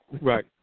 Right